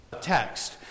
text